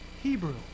Hebrew